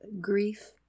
grief